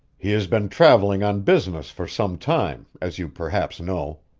he has been traveling on business for some time, as you perhaps know.